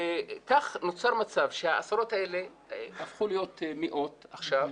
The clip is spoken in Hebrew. כך נוצר מצב שהעשרות האלה הפכו להיות מאות עכשיו,